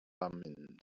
thummim